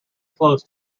close